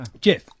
jeff